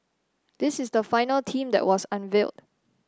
this is the final team that was unveiled